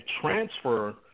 transfer